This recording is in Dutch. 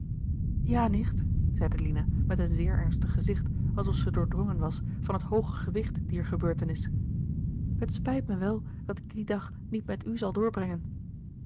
ja nicht zeide lina met een zeer ernstig gezicht alsof zij doordrongen was van het hooge gewicht dier gegerard keller het testament van mevrouw de tonnette beurtenis het spijt me wel dat ik dien dag niet met u zal doorbrengen